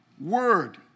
word